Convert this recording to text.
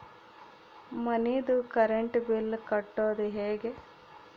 ಮನಿದು current bill ಕಟ್ಟೊದು ಹೇಗೆ?